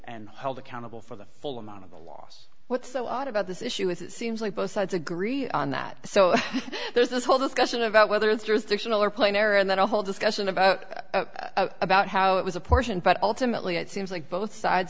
and held accountable for the full amount of the loss what's so odd about this issue as it seems like both sides agree on that so there's this whole discussion about whether there's another plane or and then a whole discussion about about how it was a portion but ultimately it seems like both sides